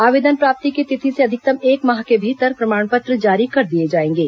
आवेदन प्राप्ति की तिथि से अपने क्षेत्र अधिकतम एक माह के भीतर प्रमाण पत्र जारी कर दिए जाएंगे